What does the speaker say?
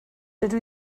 dydw